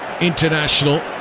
international